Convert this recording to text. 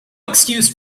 excuse